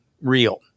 real